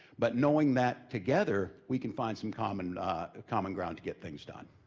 but knowing that together, we can find some common ah common ground to get things done.